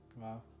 wow